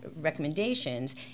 recommendations